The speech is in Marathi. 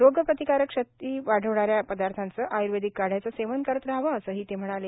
रोगप्रतिकारक शक्ती वाढवणाऱ्या पदार्थांचे आय्र्वेदिक काढ्याचे सेवन करत रहावे असेही ते म्हणाले